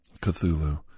Cthulhu